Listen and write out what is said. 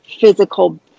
physical